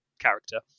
character